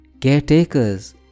Caretakers